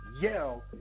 yell